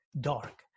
dark